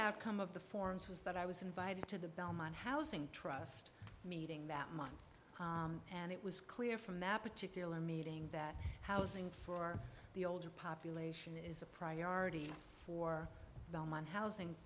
outcome of the forums was that i was invited to the belmont housing trust meeting that month and it was clear from that particular meeting that housing for the older population is a priority for belmont housing